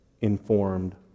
informed